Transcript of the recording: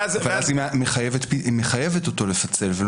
ואז היא מחייבת אותו לפצל.